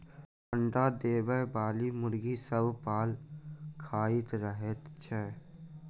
अंडा देबयबाली मुर्गी सभ पाल खाइत रहैत छै